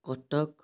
Cuttack